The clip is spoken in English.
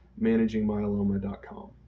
managingmyeloma.com